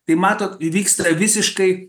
tai matot įvyksta visiškai